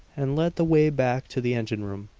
and led the way back to the engine-room.